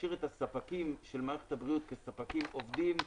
להשאיר את הספקים של מערכת הבריאות כספקים עובדים.